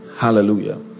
hallelujah